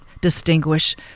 distinguish